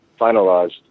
finalized